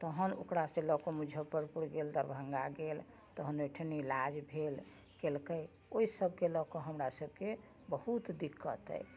तहन ओकरासँ लअ कऽ मुजफ्फरपुर गेल दरभंगा गेल तहन ओइठम इलाज भेल केलकै ओइ सबके लअ कऽ हमरा सबके बहुत दिक्कत अइ